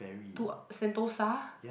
to Sentosa